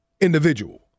individual